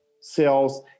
cells